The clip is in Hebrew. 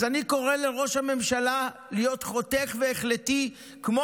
אז אני קורא לראש הממשלה להיות חותך והחלטי כמו